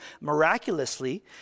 miraculously